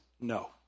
no